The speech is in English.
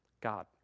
God